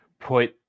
put